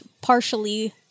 partially